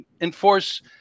enforce